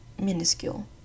minuscule